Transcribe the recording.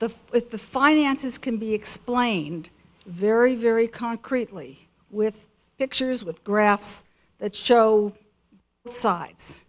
the with the finances can be explained very very concretely with pictures with graphs that show